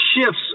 shifts